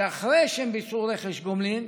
אחרי שהם ביצעו רכש גומלין,